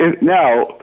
Now